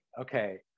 okay